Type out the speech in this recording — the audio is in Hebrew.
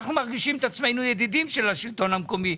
אנחנו מרגישים את עצמנו ידידים של השלטון המקומי,